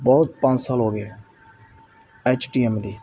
ਬਹੁਤ ਪੰਜ ਸਾਲ ਹੋ ਗਏ ਐਚ ਟੀ ਐਮ ਦੀ